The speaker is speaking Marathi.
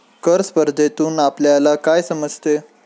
कर स्पर्धेतून आपल्याला काय समजते?